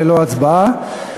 לדיונים ולהצבעות,